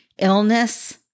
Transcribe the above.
illness